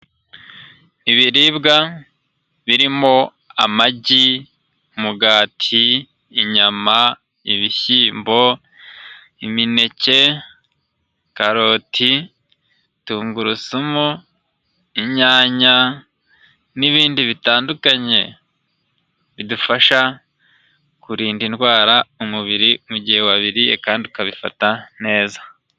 Ibiribwa birimo amagi, umugati, inyama, ibishyimbo, imineke, karoti, tungurusumu, inyanya n'ibindi bitandukanye bidufasha kurinda indwara umubiri, mu gihe wabiririye kandi ukabifata neza.